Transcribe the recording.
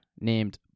named